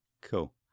Cool